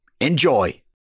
Enjoy